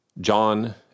John